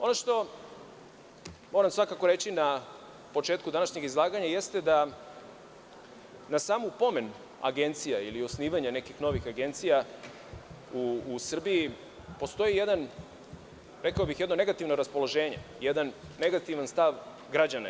Ono što moram svakako reći na početku današnjeg izlaganja jeste da na sam pomen agencija ili ocenjivanje nekih novih agencija u Srbiji postoji jedno negativno raspoloženje, jedan negativan stav građana.